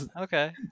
Okay